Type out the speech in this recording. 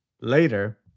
Later